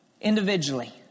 Individually